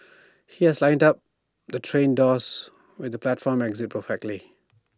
he has lined up the train doors with the platform exit perfectly